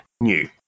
New